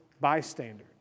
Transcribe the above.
bystander